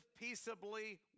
peaceably